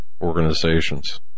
organizations